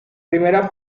primera